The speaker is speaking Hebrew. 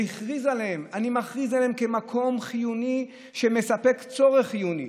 והכריז: אני מכריז עליהם כמקום חיוני שמספק צורך חיוני,